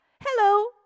Hello